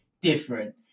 different